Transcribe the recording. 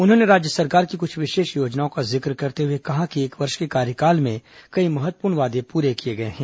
उन्होंने राज्य सरकार की कुछ विशेष योजनाओं का जिक्र करते हुए कहा कि एक वर्ष के कार्यकाल में कई महत्वपूर्ण वादे पूरे किए गए हैं